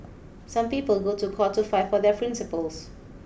some people go to court to fight for their principles